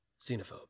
xenophobe